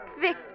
Vic